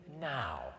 now